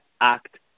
act